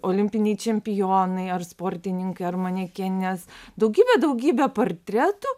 olimpiniai čempionai ar sportininkai ar manekenės daugybę daugybę portretų